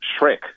Shrek